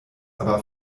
aber